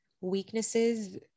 weaknesses